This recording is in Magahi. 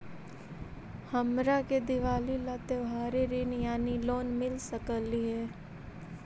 हमरा के दिवाली ला त्योहारी ऋण यानी लोन मिल सकली हे?